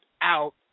out